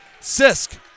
Sisk